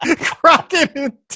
Crockett